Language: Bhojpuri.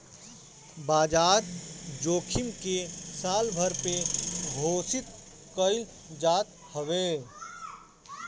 बाजार जोखिम के सालभर पे घोषित कईल जात हवे